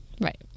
Right